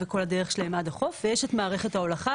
וכל הדרך שלהם עד לחוף; ויש את מערכת ההולכה